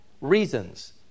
reasons